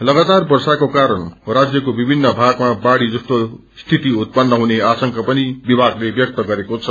लगातार वर्षाको कारण राज्यको विभिन्न भागमा बाढ़ी जस्तो उत्पन्न हुने आशंका पनि विधागले व्यक्त गरेको छ